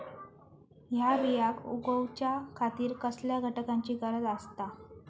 हया बियांक उगौच्या खातिर कसल्या घटकांची गरज आसता?